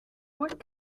what